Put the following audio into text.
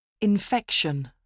Infection